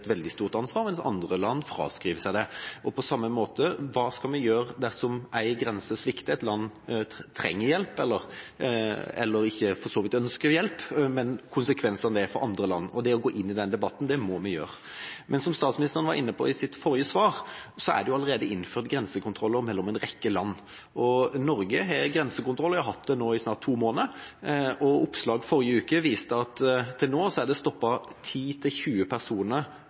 et veldig stort ansvar, mens andre land fraskriver seg det. På samme måte: Hva skal vi gjøre dersom en grense svikter og et land trenger hjelp – eller for så vidt ikke ønsker hjelp, men det får konsekvenser for andre land? Vi må gå inn i den debatten. Som statsministeren var inne på i sitt forrige svar, er det allerede innført grensekontroller mellom en rekke land. Norge har hatt grensekontroll i snart to måneder. Oppslag i forrige uke viste at det til nå er stoppet 10–20 personer på grensa på grunn av dette, og fergeselskapene og andre som kontrollerer, har stoppet 120 av 140 000 passasjerer. Det